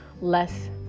less